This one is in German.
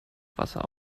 wasser